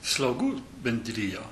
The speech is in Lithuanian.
slaugų bendrija